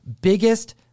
biggest